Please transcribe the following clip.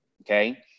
Okay